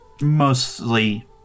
mostly